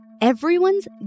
Everyone's